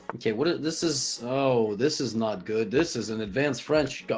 okay what this is oh this is not good this is an advanced french